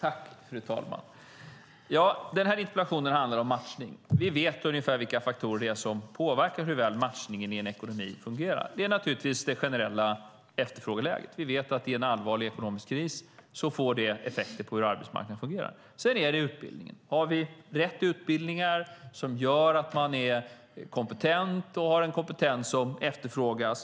Fru talman! Interpellationen handlar om matchning. Vi vet ungefär vilka faktorer som påverkar hur väl matchningen i en ekonomi fungerar. Det är naturligtvis det generella efterfrågeläget. Vi vet att en allvarlig ekonomisk kris får effekter på hur arbetsmarknaden fungerar. Det handlar också om ifall vi har rätt utbildningar som gör att man är kompetent och har en kompetens som efterfrågas.